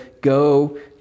go